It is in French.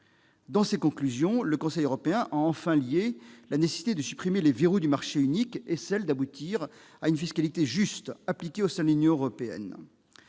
Dans ses conclusions, le Conseil européen a lié la nécessité de supprimer les verrous du marché unique et celle d'aboutir à une fiscalité juste, appliquée au sein de l'Union européenne.